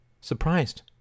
surprised